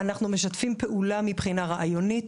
אנחנו משתפים פעולה מבחינה רעיונית,